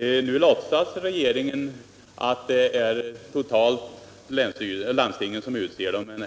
Nu låtsas den nuvarande regeringen att det är landstingen som totalt utser dem men